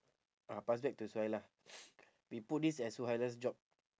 ah pass back to suhaila we put this as suhaila's job